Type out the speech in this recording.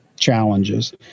Challenges